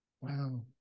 Wow